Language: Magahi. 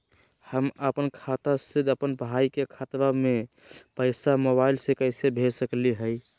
हम अपन खाता से अपन भाई के खतवा में पैसा मोबाईल से कैसे भेज सकली हई?